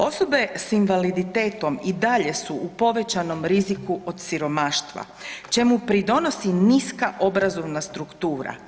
Osobe s invaliditetom su i dalje u povećanom riziku od siromaštva čemu pridonosi niska obrazovna struktura.